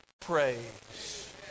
praise